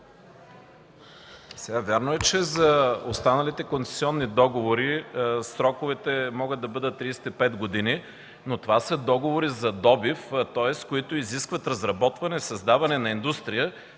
(КБ): Вярно е, че за останалите концесионни договори сроковете могат да бъдат 35 години, но това са договори за добив, които изискват разработване, създаване на индустрия.